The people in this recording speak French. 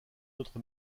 autre